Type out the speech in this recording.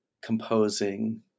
composing